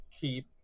keep